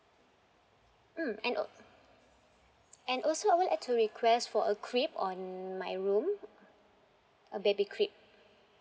mm and a~ and also I would like to request for a crib on my room a baby crib